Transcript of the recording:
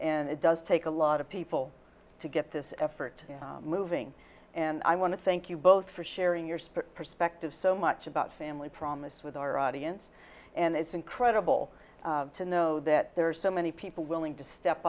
and it does take a lot of people to get this effort moving and i want to thank you both for sharing your perspective so much about family promise with our audience and it's incredible to know that there are so many people